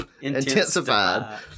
Intensified